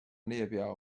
列表